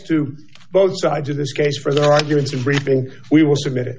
to both sides in this case for the arguments of briefing we will submit